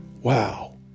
Wow